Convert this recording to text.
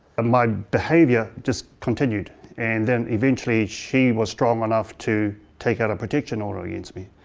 and my behaviour just continued and then eventually she was strong enough to take out a protection order against me.